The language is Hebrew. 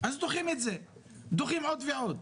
אז דוחים את זה עוד ועוד.